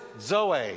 Zoe